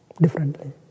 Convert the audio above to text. differently